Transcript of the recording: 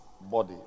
body